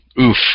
oof